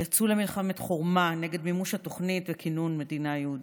הם יצאו למלחמת חורמה נגד מימוש התוכנית וכינון המדינה היהודית.